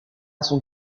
son